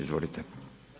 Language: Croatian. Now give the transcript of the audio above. Izvolite.